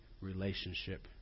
relationship